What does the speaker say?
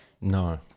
no